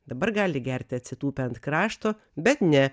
dabar gali gerti atsitūpę ant krašto bet ne